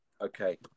Okay